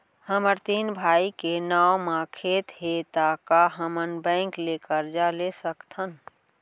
हमर तीन भाई के नाव म खेत हे त का हमन बैंक ले करजा ले सकथन?